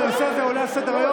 הנושא הזה עולה לסדר-היום,